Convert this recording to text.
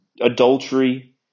adultery